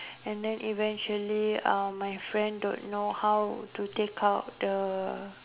and then eventually my friend don't know how to take out the